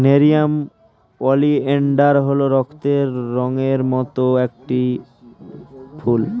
nerium oleander হল রক্তের রঙের মত একটি ফুল